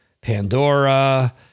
Pandora